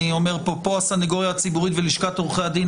כאן הסניגוריה הציבורית ולשכת עורכי הדין,